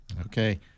Okay